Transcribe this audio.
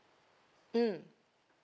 mm